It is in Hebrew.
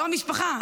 לא המשפחה,